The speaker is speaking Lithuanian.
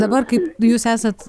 dabar kaip jūs esat